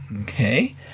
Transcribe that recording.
Okay